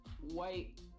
white